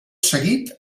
seguit